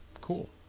Cool